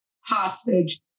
hostage